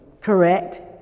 Correct